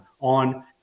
on